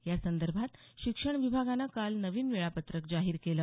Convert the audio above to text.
यासंदर्भात शिक्षण विभागानं काल नवीन वेळापत्रक जाहीर केलं